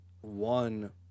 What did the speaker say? one